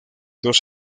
dos